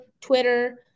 Twitter